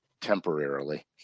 Temporarily